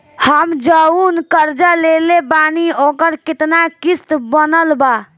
हम जऊन कर्जा लेले बानी ओकर केतना किश्त बनल बा?